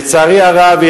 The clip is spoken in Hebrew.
לצערי הרב,